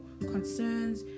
concerns